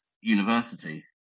university